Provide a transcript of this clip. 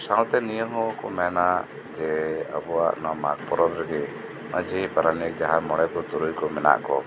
ᱥᱟᱶᱛᱮ ᱱᱤᱭᱟᱹ ᱦᱚᱸᱠᱩ ᱢᱮᱱᱟ ᱡᱮ ᱟᱵᱩᱣᱟᱜ ᱱᱚᱣᱟ ᱢᱟᱜᱽ ᱯᱚᱨᱚᱵᱽ ᱨᱮᱜᱤ ᱢᱟᱹᱡᱷᱤ ᱯᱟᱨᱟᱱᱤᱠ ᱡᱟᱸᱦᱟᱭ ᱢᱚᱲᱮᱠᱩ ᱛᱩᱨᱩᱭᱠᱩ ᱢᱮᱱᱟᱜ ᱠᱩ